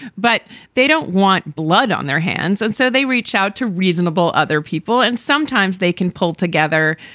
but they don't want blood on their hands. and so they reach out to reasonable other people and sometimes they can pull together,